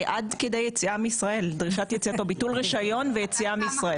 עד כדי יציאה מישראל, ביטול רישיון ויציאה מישראל.